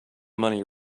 money